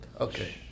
Okay